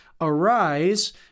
Arise